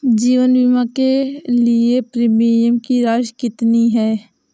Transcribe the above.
जीवन बीमा के लिए प्रीमियम की राशि कितनी है?